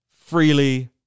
freely